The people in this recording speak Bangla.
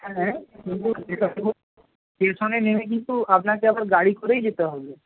হ্যাঁ কিন্তু স্টেশনে নেমে কিন্তু আপনাকে আবার গাড়ি করেই যেতে হবে